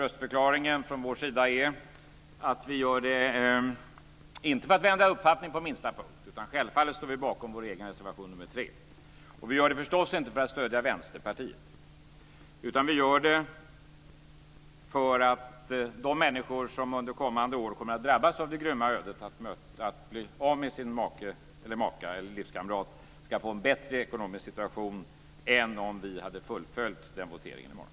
Röstförklaringen från vår sida är att vi gör det, inte för att ändra vår uppfattning på minsta punkt - självfallet står vi bakom vår egen reservation 3 - och inte för att stödja Vänsterpartiet utan för att de människor som under kommande år kommer att drabbas av det grymma ödet att de blir av med sin maka, make eller livskamrat ska få en bättre ekonomisk situation än om vi hade fullföljt den voteringen i morgon.